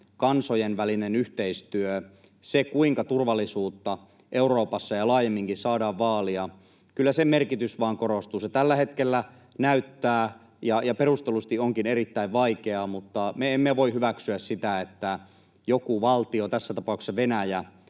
kansojen välisen yhteistyön, sen, kuinka turvallisuutta Euroopassa ja laajemminkin saadaan vaalia, merkitys kyllä vain korostuu. Se tällä hetkellä näyttää vaikealta, ja perustellusti onkin erittäin vaikeaa, mutta me emme voi hyväksyä sitä, että joku valtio, tässä tapauksessa Venäjä,